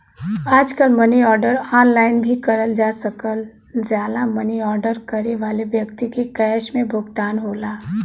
आजकल money order online भी करल जा सकल जाला मनी आर्डर करे वाले व्यक्ति के कैश में भुगतान होला